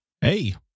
Hey